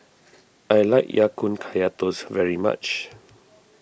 I like Ya Kun Kaya Toast very much